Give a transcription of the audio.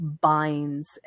Binds